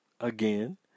Again